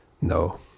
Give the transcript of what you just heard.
no